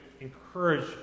encourage